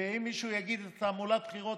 ואם מישהו יגיד שזאת תעמולת בחירות,